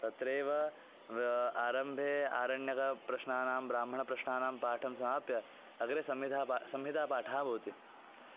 तत्रैव आरम्भे आरण्यकप्रश्नानां ब्राह्मणप्रश्नानां पाठं समाप्य अग्रे संहिता पा संहितापाठः भवति